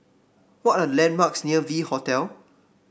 what are the landmarks near V Hotel